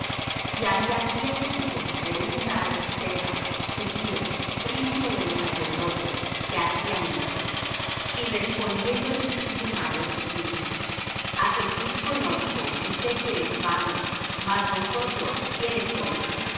y había siete hijos de un tal sceva judío príncipe de los sacerdotes que hacían esto y respondiendo el espíritu malo dijo a jesús conozco y sé quién es pablo mas vosotros quiénes sois